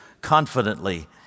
confidently